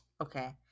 Okay